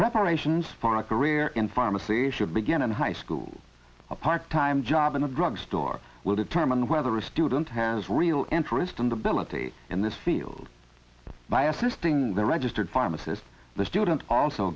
preparations for a career in pharmacy should begin in high school a part time job in a drug store will determine whether a student has real interest in the bill of the in this field by assisting the registered pharmacist the student also